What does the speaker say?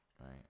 right